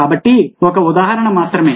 కాబట్టి ఇది ఒక ఉదాహరణ మాత్రమే